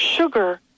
sugar